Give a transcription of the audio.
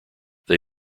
they